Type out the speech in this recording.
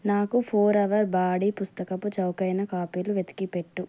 నాకు four hour body పుస్తకపు చవాకైన కాపీలు వెతికిపెట్టు